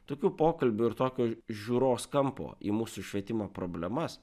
tokių pokalbių ir tokio žiūros kampo į mūsų švietima problemas